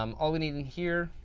um all we need in here,